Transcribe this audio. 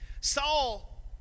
Saul